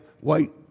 white